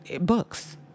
books